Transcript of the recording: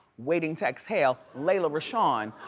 waiting to exhale, lela rochon.